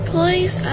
Please